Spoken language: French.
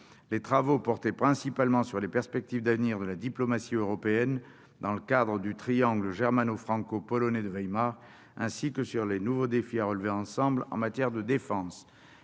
Les travaux portaient principalement sur les perspectives d'avenir de la diplomatie européenne dans le cadre du triangle germano-franco-polonais de Weimar, ainsi que sur les nouveaux défis à relever ensemble en matière de défense.